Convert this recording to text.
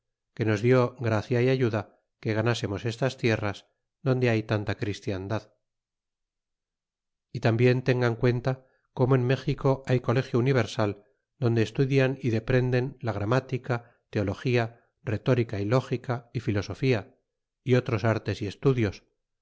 que nos dió gracia y ayuda que ganásemos estas tierras donde hay tanta christiandad y tambien tengan cuenta como en méxico hay colegio universal donde estudian y deprenden la gramática teología retórica y lógica y filosofia y otros artes y estudios